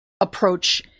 approach